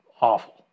awful